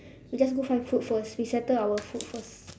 we just go find food first we settle our food first